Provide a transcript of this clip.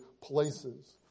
places